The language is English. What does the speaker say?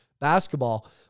basketball